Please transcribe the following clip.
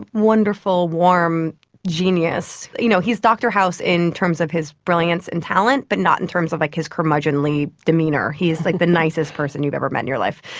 wonderful, warm genius. you know, he is dr house in terms of his brilliance and talent but not in terms of like his curmudgeonly demeanour, he is like the nicest person you've ever met in your life.